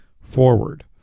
forward